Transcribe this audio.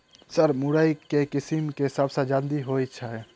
Sir मुरई केँ किसिम केँ सबसँ जल्दी होइ छै?